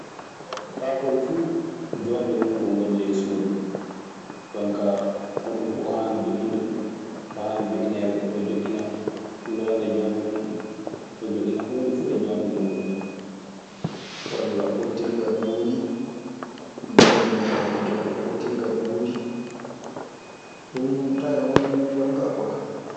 Kaakol fu jonnde muuɗun woni ley suudu ɗun kaa hoɗun fu o haani joƴƴinde ɗun ɗo, haani joƴƴineede ɗoo o; joƴƴina loonde jonde muuɗun o joƴƴina huunde fu e jonnde muuɗun tan. Walla ɓottirgal mbuudi. Jo'inee jonnde ɓottirgal mbuudi. Ɗun tan e hono mun jon kaa kwa.